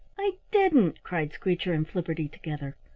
i didn't, cried screecher and flipperty, together.